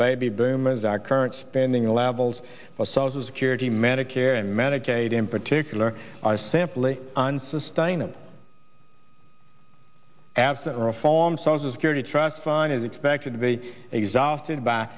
baby boomers our current spending levels for social security medicare and medicaid in particular are simply unsustainable absent reform social security trust fund is expected to be exhausted by